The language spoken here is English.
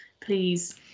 please